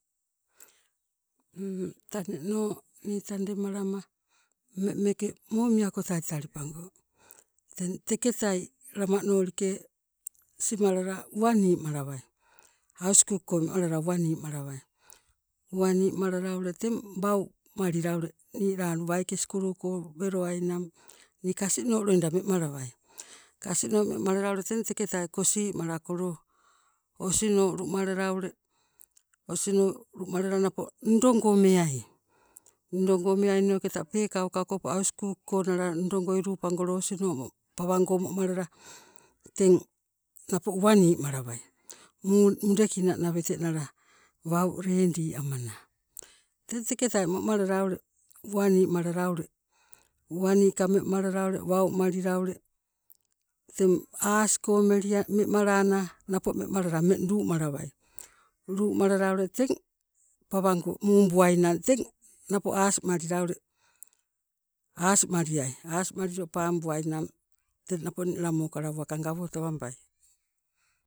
Taneno ni tandemalama ummeng meeke momiako talitali pango. Teng teketai lamanolike simalala uwani malawai hauskuk ko wemalala uwani malawai, uwani malala ule teng waumalila ule niiladu waike sukuluko welowainang ni kasino loida wemalawai, kasino memalala teng teketai ule kosii malakolo osino lumalala ule, osino lumalala napo undo go meai, ndo go meainoketa peekauka okopo hauskuk ko nala undo goi luupangolo osino pawango momalala teng napo uwani malawai mudekina nawete nala ledi amana teketai momalala ule uwani malala ule, uwani kame malala ule wau malila ule teng aasiko melia mema lana napo memalala ummeng luu malawai, luu malala teng pawango muu buainang teng napo aasi malila ule, aasimaliai, aasmalilio paabuai teng napo peekala mokala uwaka gawotawabai.